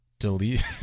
delete